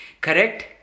correct